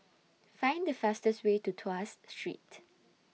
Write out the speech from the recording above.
Find The fastest Way to Tuas Street